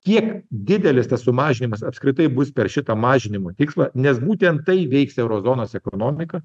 kiek didelis tas sumažinimas apskritai bus per šitą mažinimo tikslą nes būtent tai veiks euro zonos ekonomiką